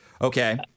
okay